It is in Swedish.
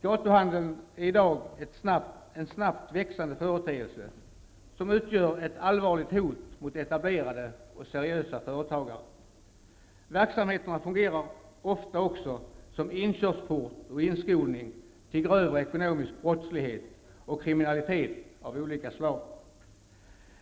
Gatuhandeln är i dag en snabbt växande företeelse, som utgör ett allvarligt hot mot etablerade och seriösa företagare. Verksamheterna fungerar ofta också som inkörsport och inskolning till grövre ekonomisk brottslighet och kriminalitet av olika slag.